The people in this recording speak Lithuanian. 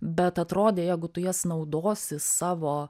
bet atrodė jeigu tu jas naudosi savo